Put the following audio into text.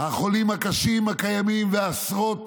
החולים הקשים הקיימים, ועשרות